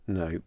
no